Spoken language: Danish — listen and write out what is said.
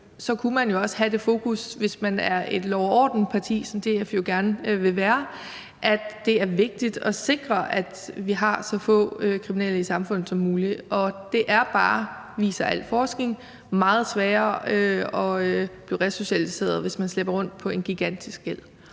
– kunne man jo også have det fokus, hvis man er et lov og orden-parti, som DF jo gerne vil være, at det er vigtigt at sikre, at vi har så få kriminelle i samfundet som muligt. Og al forskning viser bare, at det er meget sværere at blive resocialiseret, hvis man slæber rundt på en gigantisk gæld.